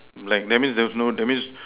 like that means there's no that means